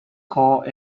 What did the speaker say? called